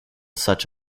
such